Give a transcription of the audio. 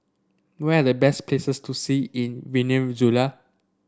where are the best places to see in Venezuela